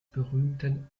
berühmten